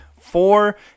four